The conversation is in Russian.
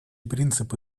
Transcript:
принципы